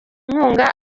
inkunga